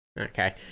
Okay